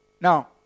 Now